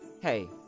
Hey